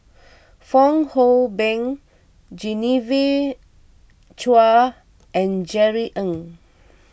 Fong Hoe Beng Genevieve Chua and Jerry Ng